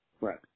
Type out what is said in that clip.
Right